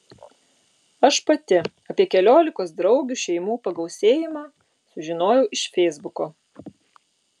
aš pati apie keliolikos draugių šeimų pagausėjimą sužinojau iš feisbuko